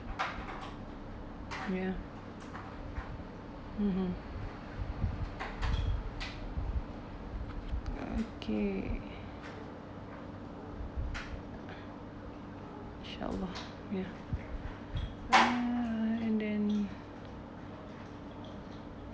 ya (uh huh) okay inshaallah ya ah and then